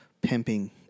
pimping